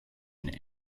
and